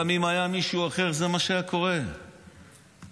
גם אם היה מישהו אחר, זה מה שהיה קורה, לדעתי.